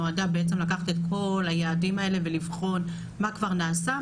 נועדה בעצם לקחת את כל היעדים האלה ולבחון מה כבר נעשה,